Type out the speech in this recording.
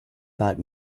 about